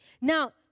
Now